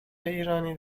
ایرانی